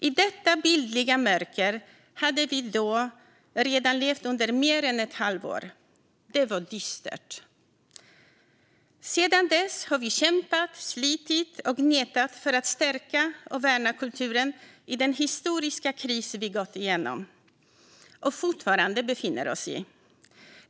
I detta bildliga mörker hade vi då redan levt under mer än ett halvår. Det var dystert. Sedan dess har vi kämpat, slitit och gnetat för att stärka och värna kulturen i den historiska kris vi gått igenom och fortfarande befinner oss i.